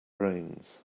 brains